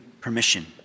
permission